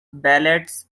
ballets